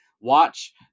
watch